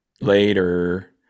Later